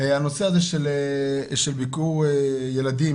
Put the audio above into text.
הנושא הזה של ביקור ילדים,